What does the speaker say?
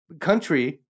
country